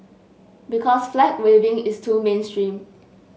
because flag waving is too mainstream